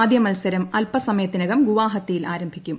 ആദ്യ മത്സരം അല്പസമയത്തിനകം ഗുവഹാത്തിയിൽ ആരംഭിക്കും